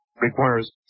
requires